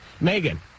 Megan